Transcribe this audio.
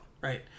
Right